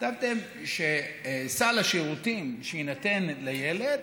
שסל השירותים שיינתן לילד,